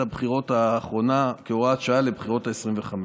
הבחירות האחרונה כהוראת שעה לבחירות העשרים-וחמש.